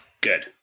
Good